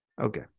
Okay